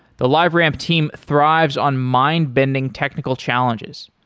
the liveramp team thrives on mind-bending technical challenges.